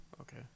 Okay